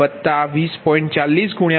2420